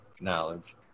knowledge